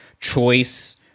choice